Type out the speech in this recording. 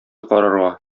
карарга